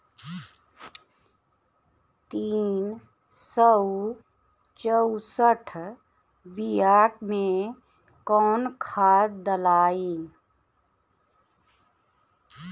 तीन सउ चउसठ बिया मे कौन खाद दलाई?